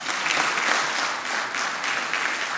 (מחיאות כפיים)